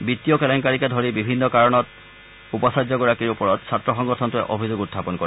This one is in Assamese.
বিত্তীয় কেলেংকাৰীকে ধৰি বিভিন্ন কাৰণত উপাচাৰ্যগৰাকীৰ ওপৰত ছাত্ৰ সংগঠনটোৱে অভিযোগ উখাপন কৰে